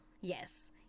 Yes